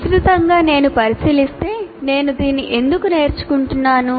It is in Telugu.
విస్తృతంగా నేను పరిశీలిస్తే నేను దీన్ని ఎందుకు నేర్చుకుంటున్నాను